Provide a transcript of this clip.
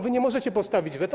Wy nie możecie postawić weta.